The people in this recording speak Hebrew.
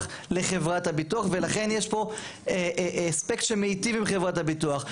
לחברת הביטוח ולכן יש פה אספקט שמיטיב עם חברת הביטוח.